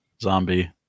zombie